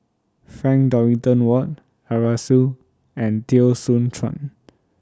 Frank Dorrington Ward Arasu and Teo Soon Chuan